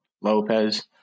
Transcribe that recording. Lopez